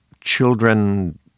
children